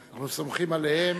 אנחנו סומכים עליהם.